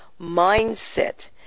mindset